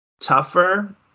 tougher